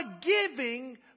giving